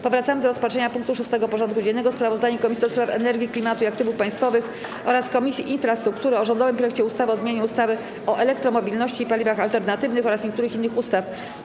Powracamy do rozpatrzenia punktu 6. porządku dziennego: Sprawozdanie Komisji do Spraw Energii, Klimatu i Aktywów Państwowych oraz Komisji Infrastruktury o rządowym projekcie ustawy o zmianie ustawy o elektromobilności i paliwach alternatywnych oraz niektórych innych ustaw.